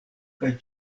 kaj